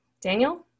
Daniel